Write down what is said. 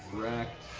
wrecked.